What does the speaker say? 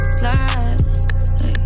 slide